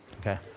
Okay